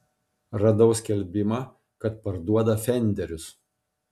radau skelbimą kad parduoda fenderius